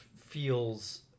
feels